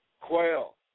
quail